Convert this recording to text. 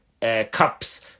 cups